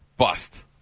bust